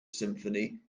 symphony